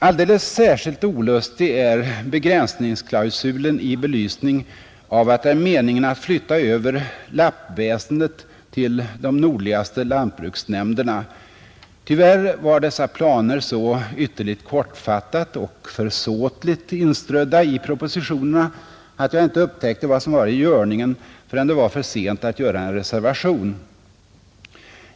Alldeles särskilt olustig är begränsningsklausulen i belysning av att det är meningen att flytta över lappväsendet till de nordligaste lantbruksnämderna, Tyvärr var dessa planer så ytterligt kortfattat och försåtligt inströdda i propositionerna att jag inte upptäckte vad som var i görningen förrän det var för sent att göra en reservation.